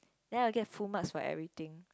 then I'll get full marks for everything